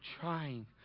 trying